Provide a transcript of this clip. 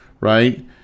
Right